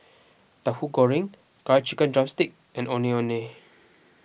Tahu Goreng Curry Chicken Drumstick and Ondeh Ondeh